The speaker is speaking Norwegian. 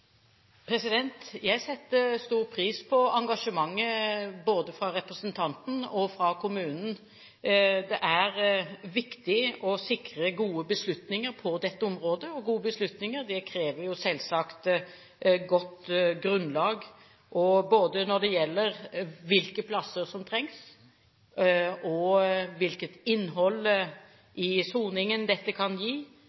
Jeg setter stor pris på engasjementet både fra representanten og fra kommunen. Det er viktig å sikre gode beslutninger på dette området, og gode beslutninger krever selvsagt et godt grunnlag både når det gjelder hvilke plasser som trengs, hvilket innhold